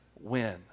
win